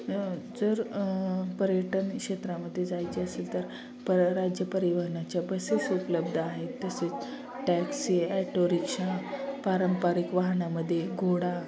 जर पर्यटन क्षेत्रामध्ये जायचे असेल तर परराज्य परिवहनाच्या बसेस उपलब्ध आहेत तसेच टॅक्सी ॲटोरिक्षा पारंपरिक वाहनामध्ये घोडा